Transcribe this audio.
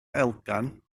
elgan